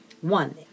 One